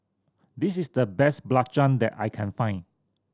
this is the best belacan that I can find